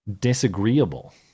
Disagreeable